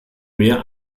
mehr